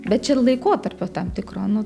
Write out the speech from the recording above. bet čia ir laikotarpio tam tikro nu